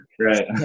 right